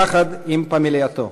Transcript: יחד עם פמלייתו.